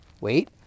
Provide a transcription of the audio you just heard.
Wait